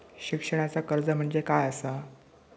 शिक्षणाचा कर्ज म्हणजे काय असा?